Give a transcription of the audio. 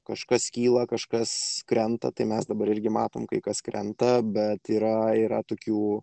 kažkas kyla kažkas krenta tai mes dabar irgi matome kai kas krenta bet yra yra tokių